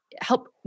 help